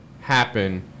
happen